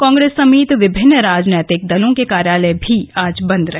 कांग्रेस समेत विभिन्न राजनैतिक दलों के कार्यालय भी आज बन्द रहे